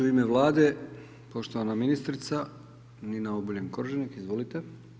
U ime Vlade, poštovana ministrica Nina Obuljen Koržinek, izvolite.